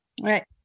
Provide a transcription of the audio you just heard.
Right